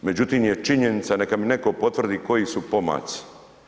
Međutim je činjenica neka mi neko potvrdi koji su pomaci.